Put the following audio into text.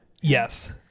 Yes